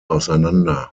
auseinander